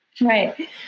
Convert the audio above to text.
Right